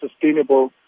sustainable